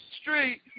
street